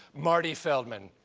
marty feld been.